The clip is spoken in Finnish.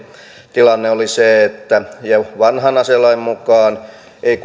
tilanne oli se että jo vanhan aselain mukaan ei